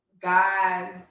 God